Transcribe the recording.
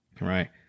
right